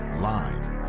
Live